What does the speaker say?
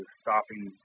stopping